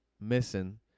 missing